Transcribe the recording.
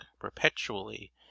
perpetually